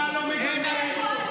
אני מגנה אלימות.